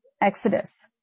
Exodus